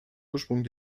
ursprung